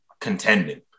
contending